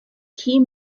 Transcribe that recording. key